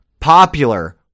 popular